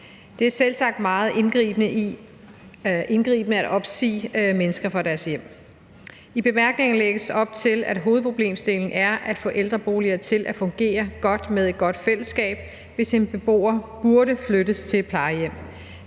Det er selvsagt meget indgribende at opsige mennesker fra deres hjem. I bemærkningerne lægges der op til, at hovedproblemstillingen er at få ældreboliger til at fungere godt med et godt fællesskab, hvis en beboer burde flyttes til et plejehjem.